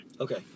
Okay